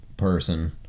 person